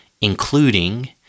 including